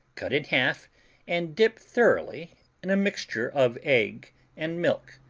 cut in half and dip thoroughly in a mixture of egg and milk.